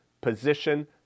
position